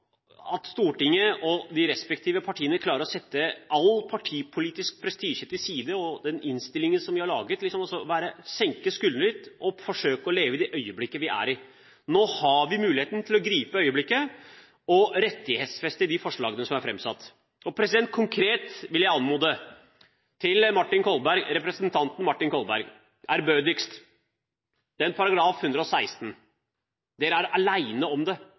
klarer å sette all partipolitisk prestisje til side, med den innstillingen vi har laget, senke skuldrene litt og forsøke å leve i det øyeblikket vi er i. Nå har vi muligheten til å gripe øyeblikket og rettighetsfeste de forslagene som er framsatt. Konkret vil jeg, ærbødigst, anmode representanten Martin Kolberg når det gjelder § 116: Dere er alene om det.